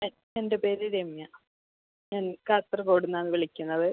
ആ എൻ്റെ പേര് രമ്യ ഞാൻ കാസർഗോഡു നിന്ന് ആണ് വിളിക്കുന്നത്